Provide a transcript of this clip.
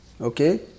okay